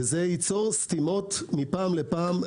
וזה ייצור סתימות מפעם לפעם,